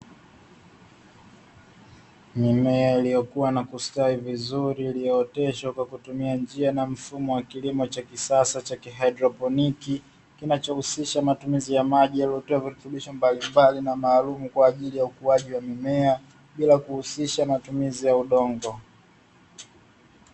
Mimea iliyokuwa na kustawi na kukua vizuri chenye virutubisho